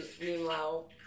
meanwhile